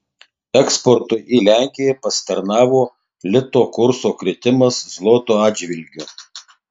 eksportui į lenkiją pasitarnavo lito kurso kritimas zloto atžvilgiu